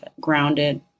grounded